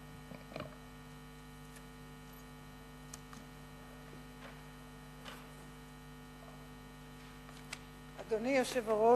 אדוני היושב-ראש,